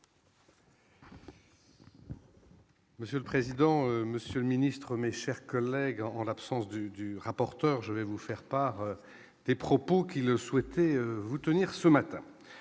Monsieur le président, Monsieur le Ministre, mes chers collègues, en l'absence du du rapporteur, je vais vous faire part des propos qui ne souhaitez-vous tenir ce matin,